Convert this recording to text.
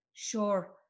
Sure